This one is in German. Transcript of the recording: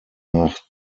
nach